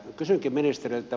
kysynkin ministeriltä